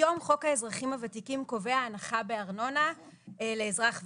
היום חוק האזרחים הוותיקים קובע הנחה בארנונה לאזרח ותיק.